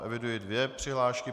Eviduji dvě přihlášky.